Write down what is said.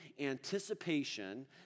anticipation